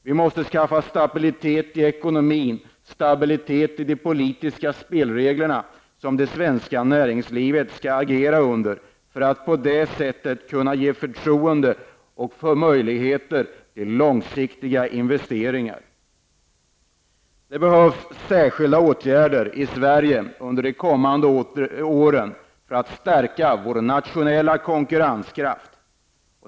Vi måste åstadkomma stabilitet i ekonomin och stabilitet i de politiska spelreglerna, som det svenska näringslivet skall agera under, för att på det sättet skapa förtroende och få möjligheter till långsiktiga investeringar. Det behöver vidtas särskilda åtgärder i Sverige under de kommande åren för att stärka vår nationella konkurrenskraft.